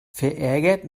verärgert